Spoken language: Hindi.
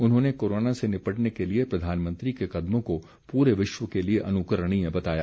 उन्होंने कोरोना से निपटने के लिए प्रधानमंत्री के कदमों को पूरे विश्व के लिए अनुकरणीय बताया